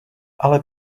ale